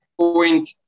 point